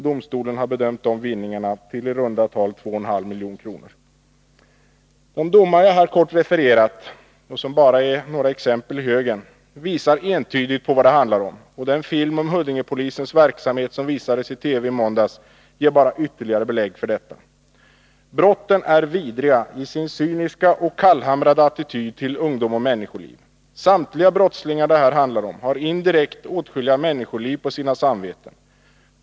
Domstolen har bedömt vinningarna till i runt tal 2,5 milj.kr. De domar jag här har kort refererat och som bara är några exempel ur högen visar entydigt vad det handlar om. Den film om Huddingepolisens verksamhet som visades i TV i måndags ger bara ytterligare belägg för detta. Brotten är vidriga i sin cyniska och kallhamrade attityd till ungdom och människoliv. Samtliga brottslingar det här handlar om har indirekt åtskilliga människoliv på sina samveten.